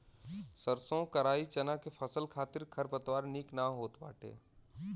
सरसों कराई चना के फसल खातिर खरपतवार निक ना होत बाटे